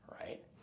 right